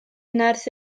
nerth